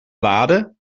lade